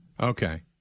Okay